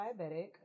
diabetic